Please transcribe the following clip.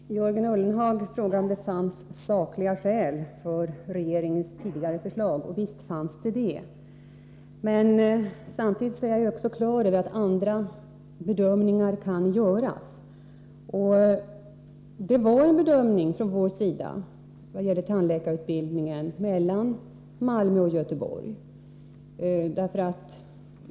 Herr talman! Jörgen Ullenhag frågade om det fanns sakliga skäl för regeringens tidigare förslag. Visst fanns det sådana. Men samtidigt är jag också på det klara med att andra bedömningar kan göras. När det gäller tandläkarutbildningen var det för oss fråga om ett val mellan Malmö och Göteborg.